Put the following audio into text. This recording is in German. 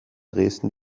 dresden